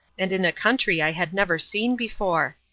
and in a country i had never seen before.